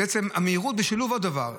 המהירות בשילוב עוד דבר,